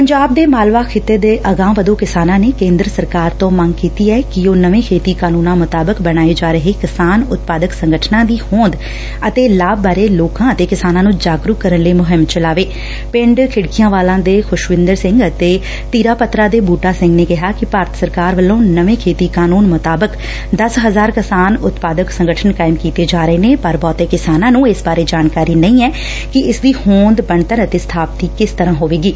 ਪੰਜਾਬ ਦੇ ਮਾਲਵਾ ਖਿੱਤੇ ਦੇ ਅਗਾਂਹ ਵਧੁ ਕਿਸਾਨਾਂ ਨੇ ਕੇਂਦਰ ਸਰਕਾਰ ਤੋਂ ਮੰਗ ਕੀਤੀ ਏ ਕਿ ਉਹ ਨਵੇਂ ਖੇਤੀ ਕਾਨ੍ੰਨਾਂ ਮੁਤਾਬਕ ਬਣਾਏ ਜਾ ਰਹੇ ਕਿਸਾਨ ਉਤਪਾਦਕ ਸੰਗਠਨ ਦੀ ਹੋਂਦ ਅਤੇ ਲਾਭ ਬਾਰੇ ਲੋਕਾਂ ਅਤੇ ਕਿਸਾਨਾਂ ਨੂੰ ਜਾਗਰੂਕ ਕਰਨ ੱਲਈ ਮੁਹਿੰਮ ਚਲਾਵੇ ਪਿੰਡ ਖਿੜਕੀਆਂਵਾਲਾ ਦੇ ਖੁਸ਼ਵਿੰਦਰ ਸਿੰਘ ਅਤੇ ਧੀਰਾ ਪੱਤਰਾ ਦੇ ਬੁਟਾ ਸਿੰਘ ਨੇ ਕਿਹਾ ਕਿ ਭਾਰਤ ਸਰਕਾਰ ਵੱਲੋ ਨਵੋਂ ਖੇਤੀ ਕਾਨੂੰਨ ਮੁਤਾਬਕ ਦਸ ਹਜ਼ਾਰ ਕਿਸਾਨ ਉਤਪਾਦਕ ਸੰਗਠਨ ਕਾਇਮ ਕੀਤੇ ਜਾ ਰਹੇ ਨੇ ਪਰ ਬਹੁਤੇ ਕਿਸਾਨਾਂ ਨੂੰ ਇਸ ਬਾਰੇ ਜਾਣਕਾਰੀ ਨਹੀ ਕਿ ਇਸ ਦੀ ਹੋਂਦ ਬਣਤਰ ਅਤੇ ਸਬਾਪਤੀ ਕਿਸ ਤਰ੍ਹਾਂ ਹੋਵੇਗੀ